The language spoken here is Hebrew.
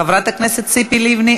חברת הכנסת ציפי לבני,